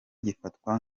gifatwa